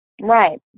Right